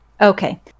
Okay